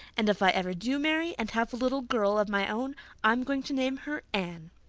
and if i ever do marry and have a little girl of my own i'm going to name her anne.